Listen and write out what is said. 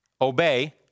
Obey